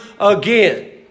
again